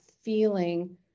feeling